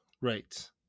Right